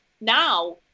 now